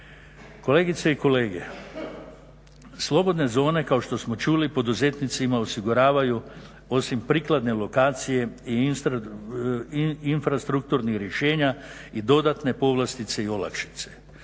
Kolegice i kolege slobodne zone kao što smo čuli poduzetnicima osiguravaju osim prikladne lokacije i infrastrukturnih rješenja i dodatne povlastice i olakšice.